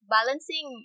Balancing